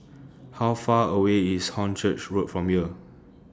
How Far away IS Hornchurch Road from here